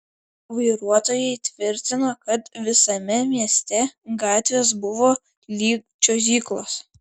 vairuotojai tvirtino kad visame mieste gatvės buvo lyg čiuožyklos